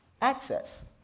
access